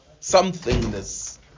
somethingness